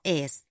es